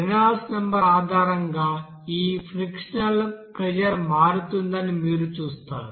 Reynolds number ఆధారంగా ఈ frictional pressure మారుతుందని మీరు చూస్తారు